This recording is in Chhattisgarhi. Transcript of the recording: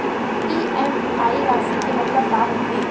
इ.एम.आई राशि के मतलब का होथे?